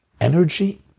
energy